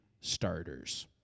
starters